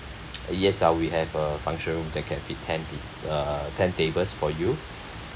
yes uh we have a function room that can fit ten peo~ uh ten tables for you